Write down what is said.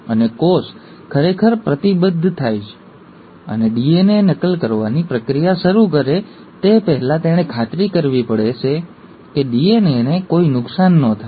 અને કોષ ખરેખર પ્રતિબદ્ધ થાય અને ડીએનએ નકલની પ્રક્રિયા કરવાનું શરૂ કરે તે પહેલાં તેણે ખાતરી કરવી પડશે કે ડીએનએને કોઈ નુકસાન ન થાય